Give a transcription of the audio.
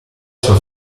sua